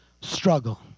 struggle